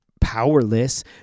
powerless